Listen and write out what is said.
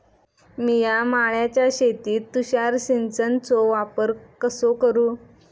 मिया माळ्याच्या शेतीत तुषार सिंचनचो वापर कसो करू?